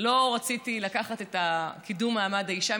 לא רציתי לקחת את "קידום מעמד האישה",